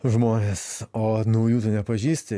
žmones o naujų tai nepažįsti